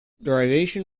derivation